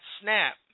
snap